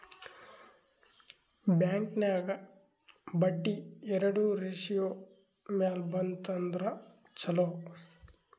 bank ನಾಗ್ ಬಡ್ಡಿ ಎರಡು ratio ಮ್ಯಾಲ ಬಂತ್ ಅಂದುರ್ ಛಲೋ